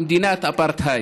מדינת אפרטהייד.